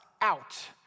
out